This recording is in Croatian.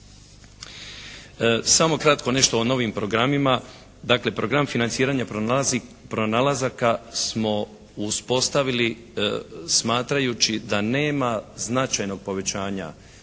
Samo kratko nešto o novim programima. Dakle program financiranja pronalazaka smo uspostavili smatrajući da nema značajnog povećanja